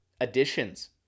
additions